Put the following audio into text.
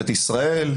למשטרת ישראל,